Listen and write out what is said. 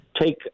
take